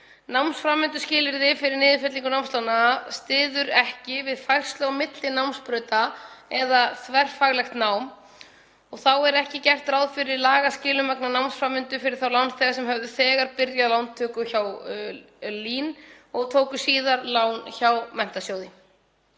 Námsframvinduskilyrði fyrir niðurfellingu námslána styður ekki við færslu á milli námsbrauta eða þverfaglegt nám og þá er ekki gert ráð fyrir lagaskilum vegna námsframvindu fyrir þá lánþega sem höfðu þegar byrjað lántöku hjá LÍN og tóku síðan lán hjá Menntasjóði